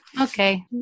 okay